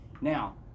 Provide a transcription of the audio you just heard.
Now